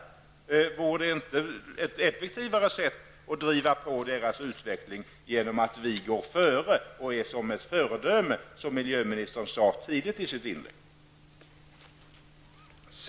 Skulle vi inte på ett effektivare sätt driva på utvecklingen inom EG om vi gick före och blev ett föredöme, som miljöministern sade i sitt inlägg?